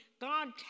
God